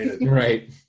Right